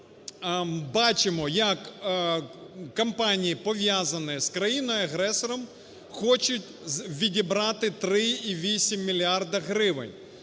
бачимо як компанії, пов'язані з країною-агресором, хочуть відібрати 3,8 мільярди